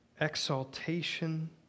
exaltation